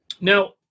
Now